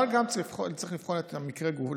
אבל צריך גם לבחון את המקרה לגופו,